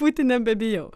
būti nebebijau